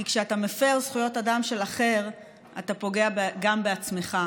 כי כשאתה מפר זכויות אדם של אחר אתה פוגע גם בעצמך.